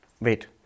Wait